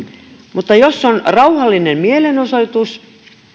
mutta jos on rauhallinen mielenosoitus